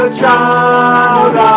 child